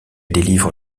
délivre